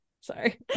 sorry